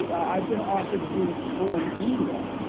i've been offered to do this tour in india,